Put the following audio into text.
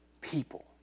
people